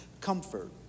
comfort